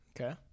okay